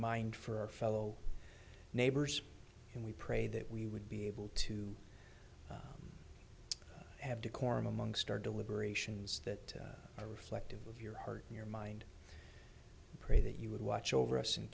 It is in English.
mind for our fellow neighbors and we pray that we would be able to have decorum amongst our deliberations that reflective of your heart your mind pray that you would watch over us and